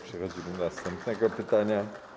Przechodzimy do następnego pytania.